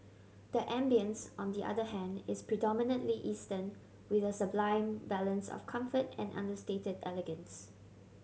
the ambience on the other hand is predominantly Eastern with a sublime balance of comfort and understated elegance